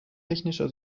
technischer